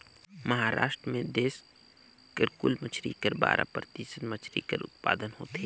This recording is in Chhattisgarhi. महारास्ट में देस कर कुल मछरी कर बारा परतिसत मछरी कर उत्पादन होथे